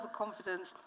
overconfidence